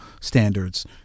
standards